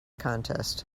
contest